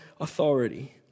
authority